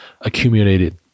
accumulated